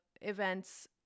events